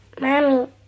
mommy